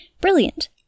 brilliant